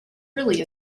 really